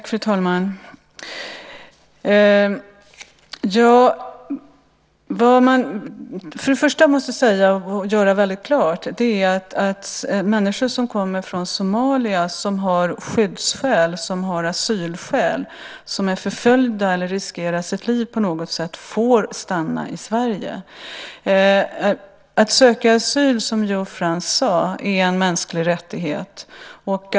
Fru talman! Vad man för det första måste göra väldigt klart är att människor som kommer från Somalia och som har skyddsskäl och asylskäl och som är förföljda eller som på något sätt riskerar sitt liv får stanna i Sverige. Som Joe Frans sade är det en mänsklig rättighet att söka asyl.